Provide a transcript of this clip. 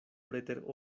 preter